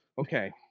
Okay